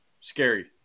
scary